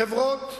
חברות,